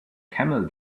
camel